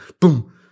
Boom